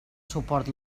suport